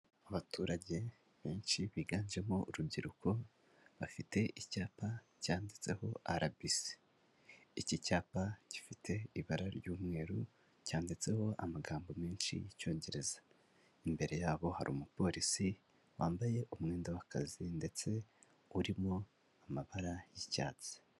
Abaturage benshi biganjemo urubyiruko, bafite icyapa cyanditseho RBC, iki cyapa gifite ibara ry'umweru cyanditseho amagambo menshi y'Icyongereza, imbere yabo hari umupolisi wambaye umwenda w'akazi ndetse urimo amabara y'icyatsi.